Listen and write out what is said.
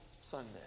Sunday